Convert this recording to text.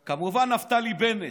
כמובן, נפתלי בנט,